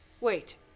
Wait